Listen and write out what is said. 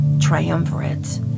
triumvirate